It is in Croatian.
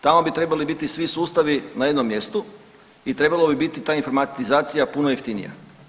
Tamo bi trebali biti svi sustavi na jednom mjestu i trebalo bi biti ta informatizacija puno jeftinija.